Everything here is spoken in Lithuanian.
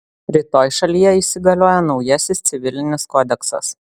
rytoj šalyje įsigalioja naujasis civilinis kodeksas